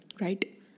Right